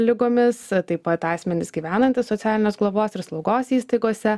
ligomis taip pat asmenys gyvenantys socialinės globos ir slaugos įstaigose